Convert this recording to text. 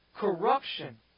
corruption